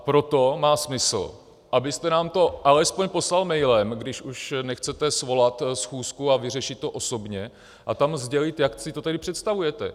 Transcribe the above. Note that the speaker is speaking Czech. Proto má smysl, abyste nám to alespoň poslal mailem, když už nechcete svolat schůzku a vyřešit to osobně, a tam sdělit, jak si to tedy představujete.